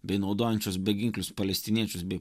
bei naudojančios beginklius palestiniečius bei